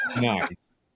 Nice